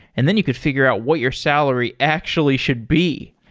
and then you could figure out what your salary actually should be.